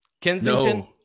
Kensington